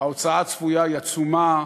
ההוצאה הצפויה היא עצומה.